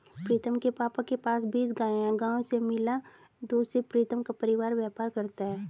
प्रीतम के पापा के पास बीस गाय हैं गायों से मिला दूध से प्रीतम का परिवार व्यापार करता है